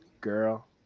Girl